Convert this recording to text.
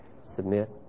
submit